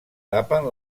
tapen